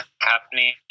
happening